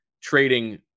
trading